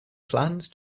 plans